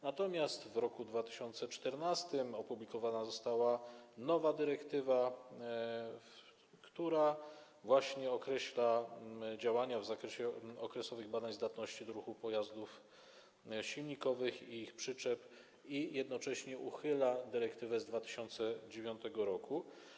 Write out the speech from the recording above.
Natomiast w roku 2014 opublikowana została nowa dyrektywa, która właśnie określa działanie w zakresie okresowych badań zdatności do ruchu pojazdów silnikowych i ich przyczep i jednocześnie uchyla dyrektywę z 2009 r.